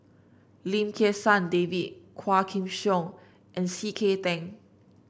Lim Kim San David Quah Kim Song and C K Tang